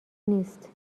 نیست